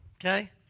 okay